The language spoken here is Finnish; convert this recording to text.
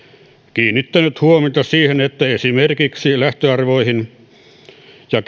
kiinnittänyt huomiota siihen että esimerkiksi lähtöarvoihin ja